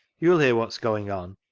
you will hear what is going on,